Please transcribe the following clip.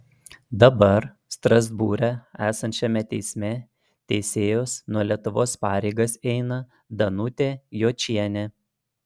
dabar strasbūre esančiame teisme teisėjos nuo lietuvos pareigas eina danutė jočienė